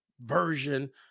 version